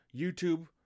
YouTube